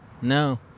No